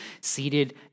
seated